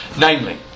Namely